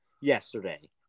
yesterday